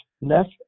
left